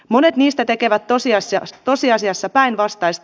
monet niistä tekevät tosiasiassa päinvastaista